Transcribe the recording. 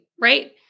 right